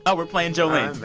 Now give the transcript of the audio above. ah we're playing jolene.